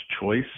Choice